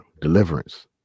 Deliverance